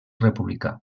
republicà